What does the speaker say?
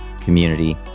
community